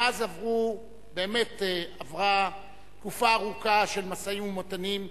מאז עברה תקופה ארוכה של משאים-ומתנים,